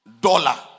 dollar